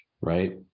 right